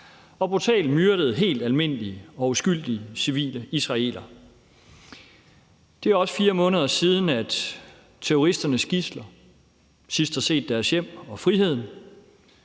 og brutalt myrdede helt almindelige og uskyldige civile israelere. Det er også 4 måneder siden, terroristernes gidsler sidst har set deres hjem og friheden